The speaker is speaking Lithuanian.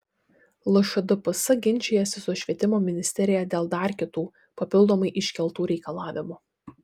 lšdps ginčijasi su švietimo ministerija dėl dar kitų papildomai iškeltų reikalavimų